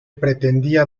pretendía